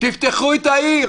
תפתחו את העיר